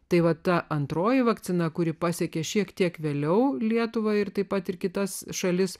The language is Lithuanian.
tai va ta antroji vakcina kuri pasiekė šiek tiek vėliau lietuvą ir taip pat ir kitas šalis